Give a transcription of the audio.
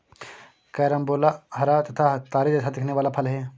carambola हरा तथा तारे जैसा दिखने वाला फल है